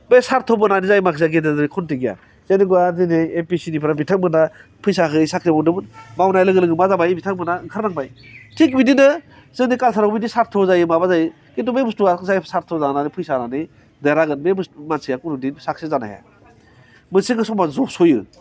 बे सार्थ बोनानै जाय मानसिया गेदेर जायो बे खन्थेखिया जेनेबा दिनै ए पि एस सि बिथांमोना फैसा होयै साख्रि मोनदोंमोन मावनाय लोगो लोगो मा जाबाय बिथांमोना ओंखारनांबाय थिग बिदिनो जोंनि कालसारावबो बिदिनो सार्थ जायो माबा जायो खिन्थु बै बुस्थुआ जाय सार्थ जानानै फैसा होनानै देरहागोन बे मानसिया खुनुदिन साक्सेस जानो हाया